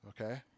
okay